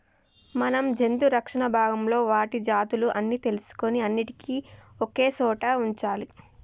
మనం జంతు రక్షణ భాగంలో వాటి జాతులు అన్ని తెలుసుకొని అన్నిటినీ ఒకే సోట వుంచాలి